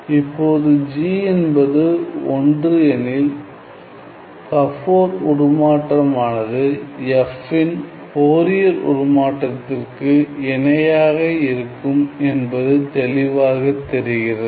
இப்போது g என்பது ஒன்று எனில் கபோர் உருமாற்றமானது f இன் ஃபோரியர் உருமாற்றத்திற்கு இணையாக இருக்கும் என்பது தெளிவாக தெரிகிறது